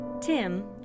Tim